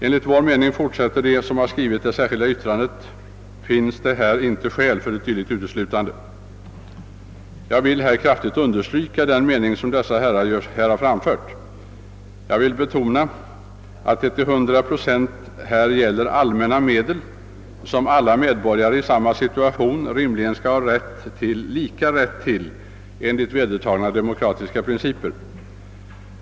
Enligt vår mening finns det inte skäl för ett dylikt uteslutande.» Jag vill här understryka den mening som författarna till det särskilda yttrandet framfört, och jag vill betona att det här till 100 procent gäller allmänna medel, som alla medborgare i samma situation rimligen skall ha lika rätt till enligt vedertagna demokratiska principer.